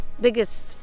biggest